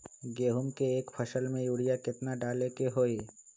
गेंहू के एक फसल में यूरिया केतना डाले के होई?